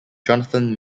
jonathan